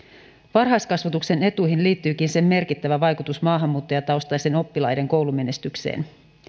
varhaiskasvatuksen etuihin liittyykin sen merkittävä vaikutus maahanmuuttajataustaisten oppilaiden koulumenestykseen